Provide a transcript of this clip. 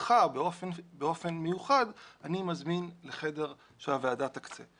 אותך באופן מיוחד אני מזמין לחדר שהוועדה תקצה.